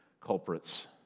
culprits